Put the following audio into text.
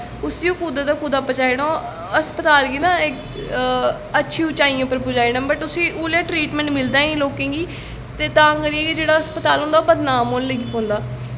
उस्सी ओह् कुदे दा कुदै पज़ाई ओड़दा हस्पताल गी ना अच्छी उचाइयें पर पज़ाई ओड़ै पर उस्सी उसलै ट्रीटमैंट मिलदा गै निं लोकें गी ते तां करियै गै जेह्ड़ा हस्पताल होंदा ओह् बदनाम होन लग्गी पौंदा